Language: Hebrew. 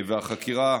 והחקירה